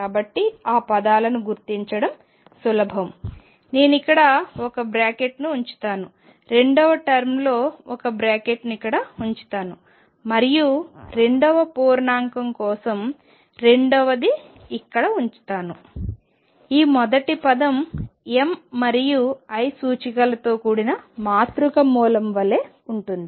కాబట్టి ఆ పదాలను గుర్తించడం సులభం నేను ఇక్కడ ఒక బ్రాకెట్ను ఉంచుతాను రెండవ టర్మ్లో ఒక బ్రాకెట్ను ఇక్కడ ఉంచుతాను మరియు రెండవ పూర్ణాంకం కోసం రెండవది ఇక్కడ ఉంచుతాను ఈ మొదటి పదం m మరియు l సూచికలతో కూడిన మాతృక మూలకం వలె ఉంటుంది